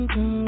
go